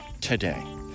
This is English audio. today